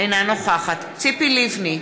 אינה נוכחת ציפי לבני,